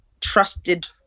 trusted